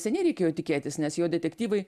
seniai reikėjo tikėtis nes jo detektyvai